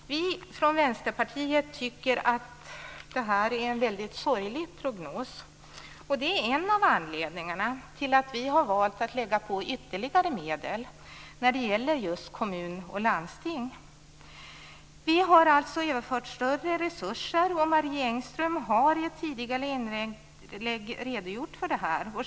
Vi i Vänsterpartiet tycker att det är en väldigt sorglig prognos. Det är en av anledningarna till att vi har valt att lägga på ytterligare medel när det gäller just kommuner och landsting. Vi överför alltså större resurser. Marie Engström har i ett tidigare inlägg redogjort för detta.